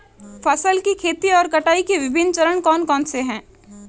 फसल की खेती और कटाई के विभिन्न चरण कौन कौनसे हैं?